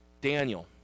Daniel